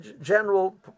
general